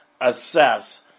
assess